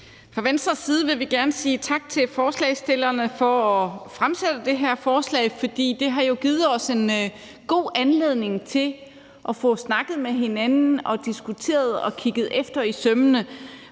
Fra Venstres side vil vi gerne sige tak til forslagsstillerne for at fremsætte det her forslag, for det har jo givet os en god anledning til at få snakket med hinanden og få diskuteret det og kigget det efter i sømmene,